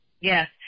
Yes